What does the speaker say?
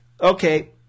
Okay